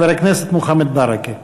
חבר הכנסת מוחמד ברכה.